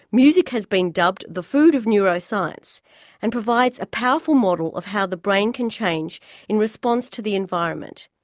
music has been dubbed the food of neuroscience and provides a powerful model of how the brain can change in response to the environment.